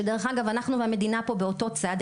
שדרך אגב אנחנו והמדינה פה באותו צד.